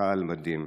אתה על מדים."